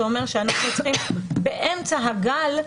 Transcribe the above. זה אומר שאנחנו צריכים באמצע הגל.